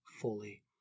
fully